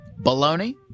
Baloney